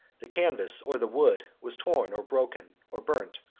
the canvas, or the wood, was torn, or broken, or burnt,